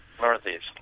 Northeast